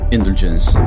Indulgence